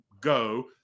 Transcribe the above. go